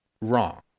wrong